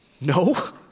No